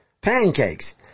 pancakes